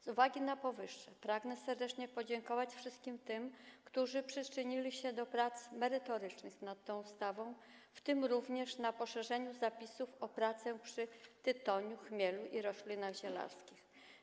Z uwagi na powyższe pragnę serdecznie podziękować wszystkim tym, którzy przyczynili się do prac merytorycznych nad tą ustawą, w tym również nad poszerzeniem zapisów dotyczących prac przy tytoniu, chmielu i roślinach zielarskich.